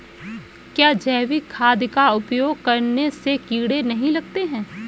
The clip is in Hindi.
क्या जैविक खाद का उपयोग करने से कीड़े नहीं लगते हैं?